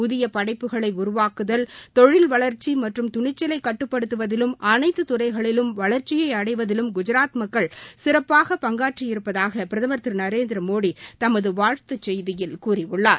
புதிய படைப்புகளை உருவாக்குதல் தொழில் வளர்ச்சி மற்றும் துணிச்சலை காட்டுவதிலும் அனைத்து துறைகளிலும் வளர்ச்சியை அடைவதிலும் குஜராத் மக்கள் சிறப்பாள பங்காற்றியிருப்பதாக பிரதமர் திரு நரேந்திரமோடி தமது வாழ்த்துச் செய்தியில் கூறியுள்ளார்